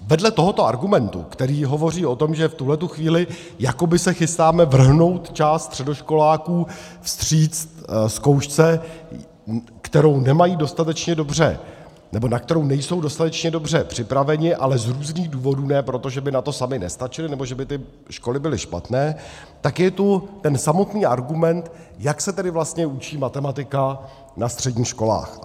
Vedle tohoto argumentu, který hovoří o tom, že v tuhle chvíli jakoby se chystáme vrhnout část středoškoláků vstříc zkoušce, kterou nemají dostatečně dobře, nebo na kterou nejsou dostatečně dobře připraveni, ale z různých důvodů, ne proto, že by na to sami nestačili nebo že by ty školy byly špatné, tak je tu ten samotný argument, jak se tedy vlastně učí matematika na středních školách.